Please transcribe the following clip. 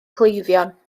cleifion